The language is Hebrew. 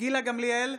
גילה גמליאל,